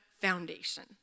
foundation